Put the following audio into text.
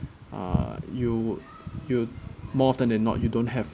uh you would you more often than not you don't have